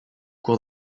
cours